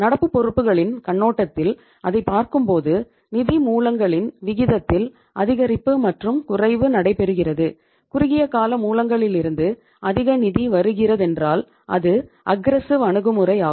நடப்பு பொறுப்புகளின் கண்ணோட்டத்தில் அதைப் பார்க்கும்போது நிதி மூலங்களின் விகிதத்தில் அதிகரிப்பு மற்றும் குறைவு நடைபெறுகிறது குறுகிய கால மூலங்களிலிருந்து அதிக நிதி வருகிறதென்றால் அது அஃகிரெஸ்ஸிவ் அணுகுமுறை ஆகும்